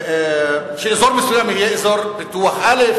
שאזור מסוים יהיה אזור פיתוח א',